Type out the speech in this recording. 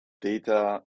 data